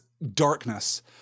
Darkness